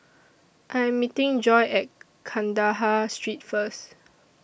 I Am meeting Joy At Kandahar Street First